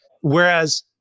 Whereas